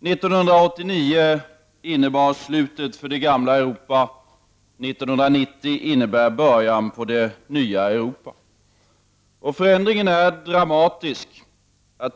1989 innebar slutet för det gamla Europa. 1990 innebär början på det nya Europa. Förändringen är dramatisk.